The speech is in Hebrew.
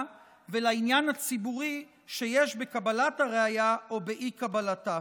ולעניין הציבורי שיש בקבלת הראיה או באי-קבלתה.